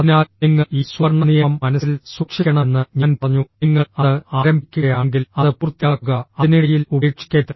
അതിനാൽ നിങ്ങൾ ഈ സുവർണ്ണ നിയമം മനസ്സിൽ സൂക്ഷിക്കണമെന്ന് ഞാൻ പറഞ്ഞു നിങ്ങൾ അത് ആരംഭിക്കുകയാണെങ്കിൽ അത് പൂർത്തിയാക്കുക അതിനിടയിൽ ഉപേക്ഷിക്കരുത്